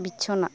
ᱵᱤᱪᱷᱚᱱᱟ